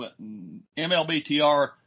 MLBTR